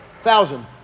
thousand